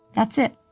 that's it.